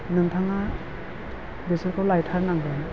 नोंथाङा बेसोरखौ लायथारनांगोन